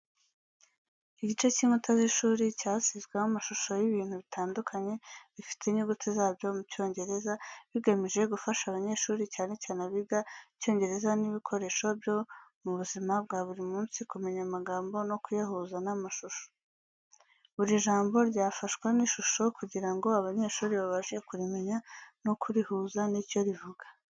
Igice cy'inkuta z'ishuri cyasizweho amashusho y'ibintu bitandukanye bifite inyuguti zabyo mu Cyongereza, bigamije gufasha abanyeshuri cyane cyane abiga Icyongereza n’ibikoresho byo mu buzima bwa buri munsi kumenya amagambo no kuyahuza n’amashusho. Buri jambo ryafashwa n’ishusho kugira ngo abanyeshuri babashe kurimenya no kurihuza n’icyo rivuga.